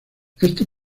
este